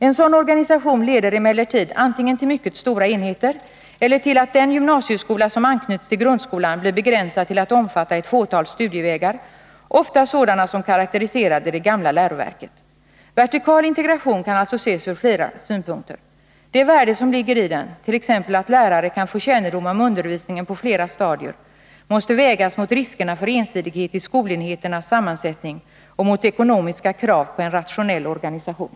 En sådan organisation leder emellertid antingen till mycket stora enheter eller till att den gymnasieskola som anknyts till grundskolan blir begränsad till att omfatta ett fåtal studievägar, ofta sådana som karakteriserade det gamla läroverket. Vertikal integration kan alltså ses ur flera aspekter. Det värde som ligger i den, t.ex. att lärare kan få kännedom om undervisningen på flera stadier, måste vägas mot riskerna för ensidighet i skolenheternas sammansättning och mot ekonomiska krav på en rationell organisation.